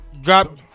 drop